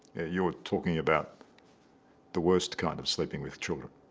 you were talking about the worst kind of sleeping with children